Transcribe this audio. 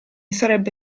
sarebbe